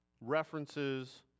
references